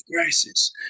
crisis